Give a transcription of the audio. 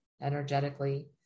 energetically